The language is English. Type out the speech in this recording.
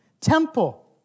temple